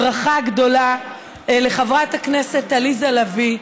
ברכה גדולה לחברת הכנסת עליזה לביא,